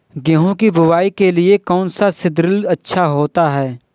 गेहूँ की बुवाई के लिए कौन सा सीद्रिल अच्छा होता है?